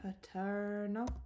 paternal